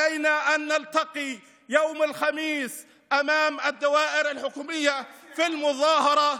עלינו להיפגש ביום חמישי מול המשרדים הממשלתיים בהפגנה,